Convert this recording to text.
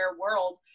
world